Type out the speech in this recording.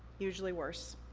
usually worse.